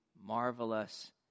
marvelous